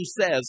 says